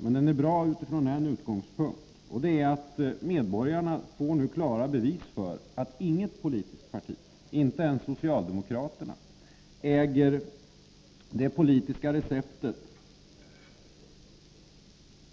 Men den är bra ur en synvinkel, och det är att medborgarna nu får klart bevis för att inget politiskt parti, inte ens socialdemokraterna, äger andra politiska recept